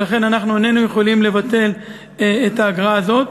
ולכן איננו יכולים לבטל את האגרה הזאת.